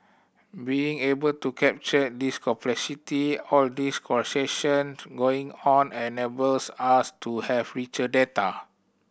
being able to capture this complexity all these procession going on enables us to have richer data